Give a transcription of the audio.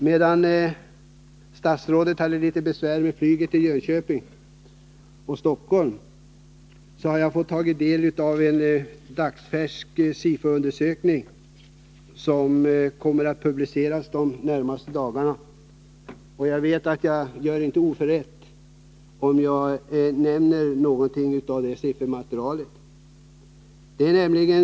Under statsrådets bortovaro på grund av svårigheter i flygförbindelserna mellan Jönköping och Stockholm hade jag möjlighet att studera en dagsfärsk SIFO-undersökning, som kommer att publiceras någon av de närmaste dagarna. Jag vet att jag inte begår någon oförrätt, om jag nämner något ur siffermaterialet i den undersökningen.